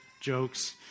jokes